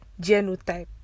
Genotype